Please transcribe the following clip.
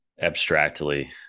abstractly